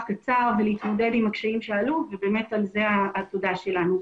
קצר ולהתמודד עם הקשיים שעלו ובאמת על כך התודה שלנו.